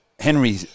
Henry